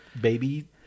baby